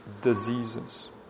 diseases